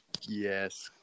Yes